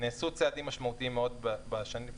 שנעשו צעדים משמעותיים מאוד בשלוש,